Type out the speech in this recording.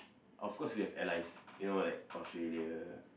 of course we have allies you know like Australia